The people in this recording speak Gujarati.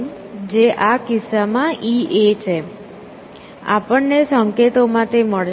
જે આ કિસ્સામાં E A છે આપણને સંકેતો માં તે મળશે